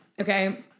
Okay